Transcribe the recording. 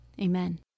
amen